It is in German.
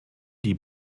die